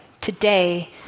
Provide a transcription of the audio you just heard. today